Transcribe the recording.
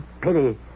Pity